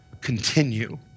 continue